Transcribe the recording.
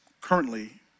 currently